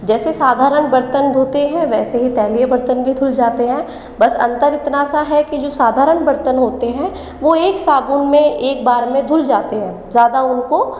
जैसे साधारण बर्तन धोते हैं वैसे ही तैलीय बर्तन भी धुल जाते हैं बस अंतर इतना सा है कि जो साधारण बर्तन होते हैं वो एक साबुन में एक बार में धुल जाते हैं ज़्यादा उनको